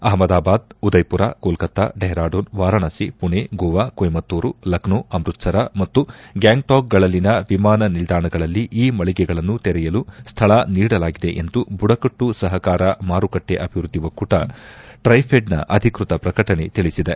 ಅಹಮದಾಬಾದ್ ಉದಯಮರ ಕೋಲ್ಕತ್ತಾ ಡೆಹ್ರಾಡೂನ್ ವಾರಾಣಸಿ ಮಣೆ ಗೋವಾ ಕೊಯಮತ್ತೂರು ಲಕ್ಷೋ ಅಮೃತ್ಸರ ಮತ್ತು ಗ್ಹಾಂಗ್ಟಾಕ್ಗಳಲ್ಲಿನ ವಿಮಾನ ನಿಲ್ದಾಣಗಳಲ್ಲಿ ಈ ಮಳಗೆಗೆಳನ್ನು ತೆರೆಯಲು ಸ್ವಳ ನೀಡಲಾಗಿದೆ ಎಂದು ಬುಡಕಟ್ಟು ಸಹಕಾರ ಮಾರುಕಟ್ಟೆ ಅಭಿವೃದ್ದಿ ಒಕ್ಕೂಟ ಟ್ರೈಫೆಡ್ ನ ಅಧಿಕೃತ ಪ್ರಕಟಣೆ ತಿಳಿಸಿದೆ